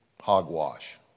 Hogwash